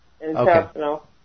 Intestinal